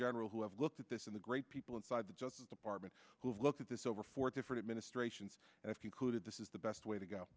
general who have looked at this in the great people inside the justice department who have looked at this over four different ministrations and if you could this is the best way to go